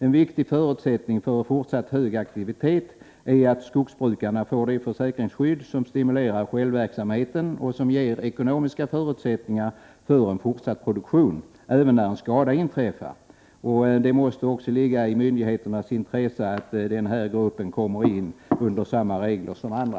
En viktig förutsättning för fortsatt hög aktivitet är att skogsbrukarna får det försäkringsskydd som stimulerar självverksamheten och som ger ekonomiska förutsättningar för en fortsatt produktion även när en skada inträffar. Det måste också ligga i myndigheternas intresse att den här gruppen kommer i åtnjutande av samma regler som andra.